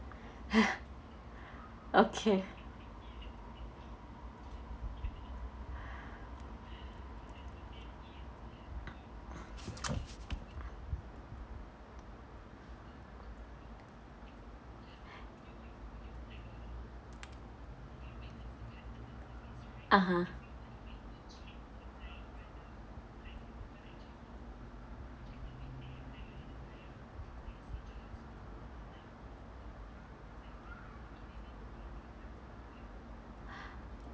okay (uh huh)